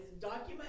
document